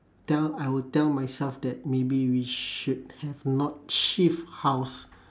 tell I will tell myself that maybe we should have not shift house